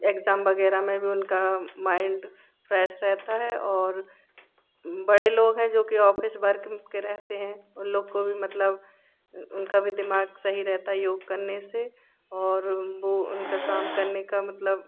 exam वगैरह में भी उनका माइंड फ्रेस रहता है और बड़े लोग हैं जो कि ऑफिस वर्क के रहते हैं उन लोग को भी मतलब उनका भी दिमाग सही रहता है योग करने से और बो उनका काम करने का मतलब